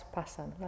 pasan